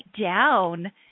down